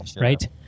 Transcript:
right